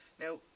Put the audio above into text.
Now